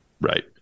Right